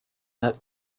that